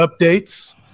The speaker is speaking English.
updates